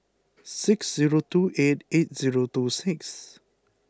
six zero two eight eight zero two six